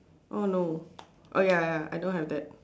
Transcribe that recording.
oh no oh ya ya I don't have that